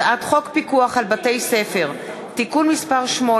הצעת חוק פיקוח על בתי-ספר (תיקון מס' 8),